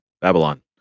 babylon